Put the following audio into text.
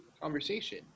conversation